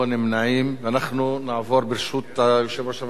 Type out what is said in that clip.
ברשות יושב-ראש הוועדה נעבור לקריאה שלישית.